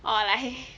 or like